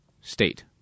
state